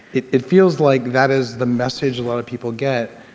it it feels like that is the message a lot of people get